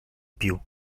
più